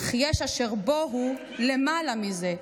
אך יש רגע / אשר בו הוא למעלה מזה: